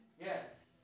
Yes